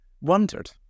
wondered